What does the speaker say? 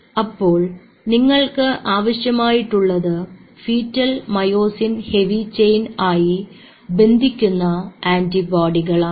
അപ്പോൾ നിങ്ങൾക്ക് ആവശ്യമായിട്ടുള്ളത് ഫീറ്റൽ മയോസിൻ ഹെവി ചെയിൻ ആയി ബന്ധിക്കുന്ന ആൻറിബോഡി ആണ്